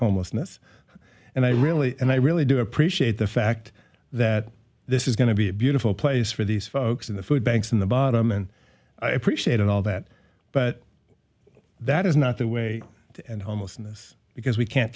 homelessness and i really and i really do appreciate the fact that this is going to be a beautiful place for these folks in the food banks in the bottom and i appreciate all that but that is not the way to end homelessness because we can't